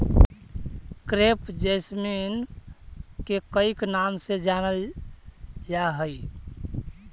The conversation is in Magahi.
क्रेप जैसमिन के कईक नाम से जानलजा हइ